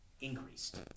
increased